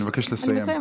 אני מבקש לסיים.